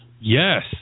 yes